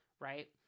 right